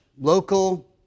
local